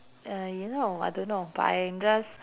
uh yo~ no I don't know but I'm just